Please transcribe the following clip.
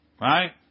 right